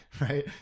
Right